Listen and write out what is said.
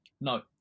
No